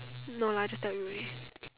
no lah I just tell you only